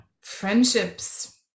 friendships